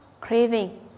craving